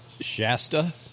Shasta